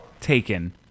taken